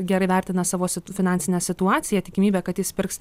gerai vertina savo situ finansinę situaciją tikimybė kad jis pirks